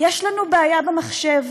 יש לנו בעיה במחשב,